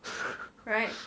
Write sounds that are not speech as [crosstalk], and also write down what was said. [laughs]